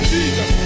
Jesus